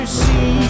see